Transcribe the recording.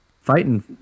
fighting